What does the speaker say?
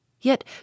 Yet